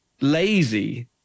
lazy